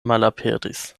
malaperis